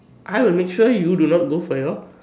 I will make sure you do not go for your